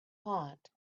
hot